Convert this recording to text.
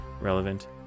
Relevant